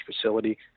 facility